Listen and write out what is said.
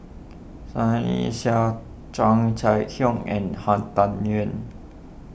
Sunny Sia Chia Hock and Han Tan Juan